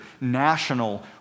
national